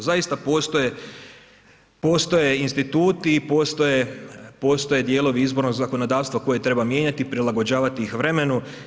Zaista postoje instituti i postoje dijelovi izbornog zakonodavstva koje treba mijenjati i prilagođavati iz vremenu.